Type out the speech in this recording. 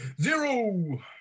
Zero